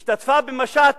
היא השתתפה במשט